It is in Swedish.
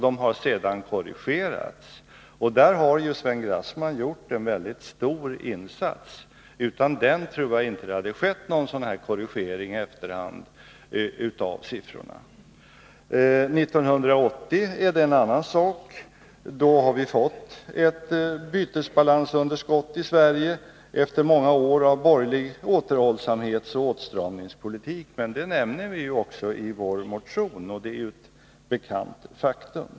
De har sedan korrigerats, och där har Sven Grassman gjort en mycket stor insats. Utan den tror jag inte att det hade skett någon sådan korrigering i efterhand av dessa siffror. År 1980 är förhållandena annorlunda. Då har vi fått ett bytesbalansunderskott i Sverige, efter många år av borgerlig återhållsamhetsoch åtstramningspolitik. Men det nämner vi också i vår motion, och det är ett bekant faktum.